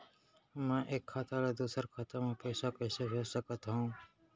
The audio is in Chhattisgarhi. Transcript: मैं एक खाता ले दूसर खाता मा पइसा कइसे भेज सकत हओं?